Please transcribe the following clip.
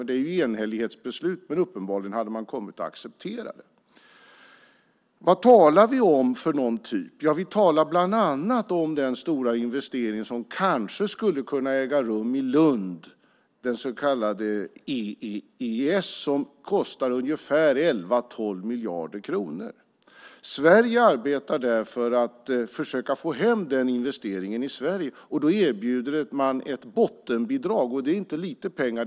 Det är enhällighetsbeslut, men uppenbarligen hade man kommit att acceptera det. Vad talar vi om för typ? Vi talar bland annat om den stora investering som kanske skulle kunna äga rum i Lund, den så kallade ESS som kostar ungefär 11-12 miljarder kronor. Sverige arbetar för att försöka få hem den investeringen. Då erbjuder man ett bottenbidrag, och det är inte lite pengar.